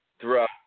throughout